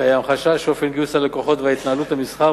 קיים חשש שאופן גיוס הלקוחות והתנהלות המסחר